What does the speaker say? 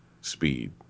speed